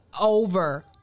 over